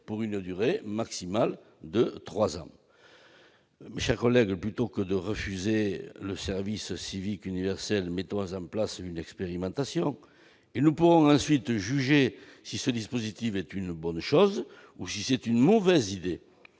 pour une durée maximale de trois ans. Mes chers collègues, plutôt que de refuser le service civique universel, mettons en place une expérimentation, et nous pourrons ensuite juger si ce dispositif est une bonne chose ou s'il s'agit d'une mauvaise idée.